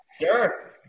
sure